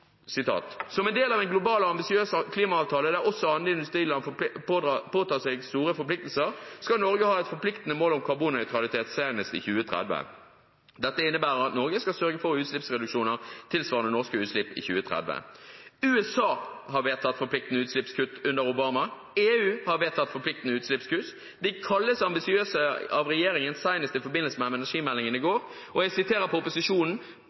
følgende: «Som en del av en global og ambisiøs klimaavtale der også andre industriland påtar seg store forpliktelser, skal Norge ha et forpliktende mål om karbonnøytralitet senest i 2030. Det innebærer at Norge skal sørge for utslippsreduksjoner tilsvarende norske utslipp i 2030.» USA har vedtatt forpliktende utslippskutt under Obama. EU har vedtatt forpliktende utslippskutt. De kalles ambisiøse av regjeringen, senest i forbindelse med energimeldingen i går, og jeg siterer fra proposisjonen: